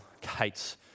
Kate's